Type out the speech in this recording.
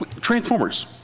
Transformers